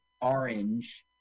orange